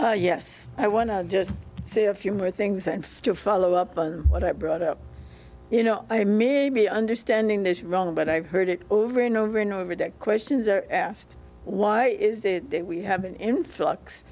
oh yes i want to just say a few more things and to follow up on what i brought up you know i may be understanding this wrong but i've heard it over and over and over that questions are asked why is it that we have an influx